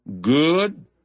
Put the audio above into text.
good